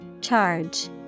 Charge